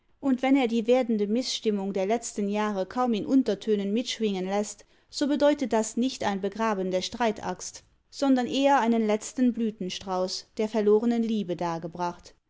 und wenn er die werdende mißstimmung der letzten jahre kaum in untertönen mitschwingen läßt so bedeutet das nicht ein begraben der streitaxt sondern eher einen letzten blütenstrauß der verlorenen liebe dargebracht